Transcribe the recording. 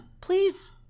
please